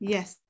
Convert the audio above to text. Yes